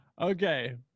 Okay